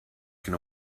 can